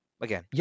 again